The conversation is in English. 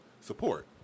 support